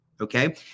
okay